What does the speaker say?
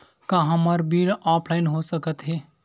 का हमर bill online हो सकत हे?